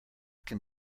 can